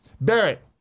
Barrett